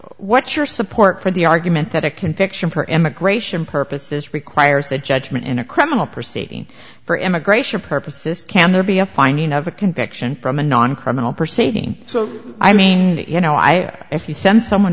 what your support for the argument that a conviction for immigration purposes requires that judgment in a criminal proceeding for immigration purposes can there be a finding of a conviction from a non criminal proceeding so i mean you know ira if you send someone